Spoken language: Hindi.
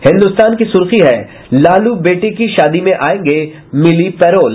हिन्दुस्तान की सुर्खी है लालू बेटे की शादी में आयेंगे मिली पैरोल